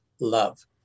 love